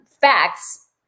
facts